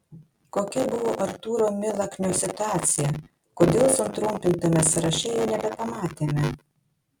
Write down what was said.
kokia buvo artūro milaknio situacija kodėl sutrumpintame sąraše jo nebepamatėme